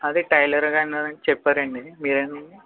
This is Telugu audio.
అదే టైలర్ గారని చెప్పారండీ మీరేనానండి